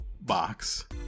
box